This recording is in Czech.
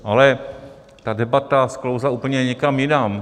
Ale ta debata sklouzla úplně někam jinam.